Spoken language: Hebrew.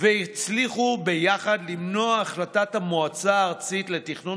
והצליחו יחד למנוע את החלטת המועצה הארצית לתכנון